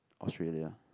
Australia